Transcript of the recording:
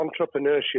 entrepreneurship